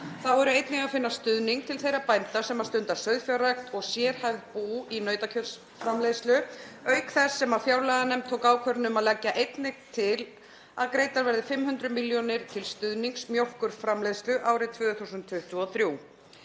Þá er einnig að finna stuðning til þeirra bænda sem stunda sauðfjárrækt og reka sérhæfð bú í nautakjötsframleiðslu, auk þess sem fjárlaganefnd tók ákvörðun um að leggja einnig til að greiddar verði 500 milljónir til stuðnings mjólkurframleiðslu árið 2023.